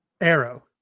Arrow